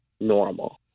normal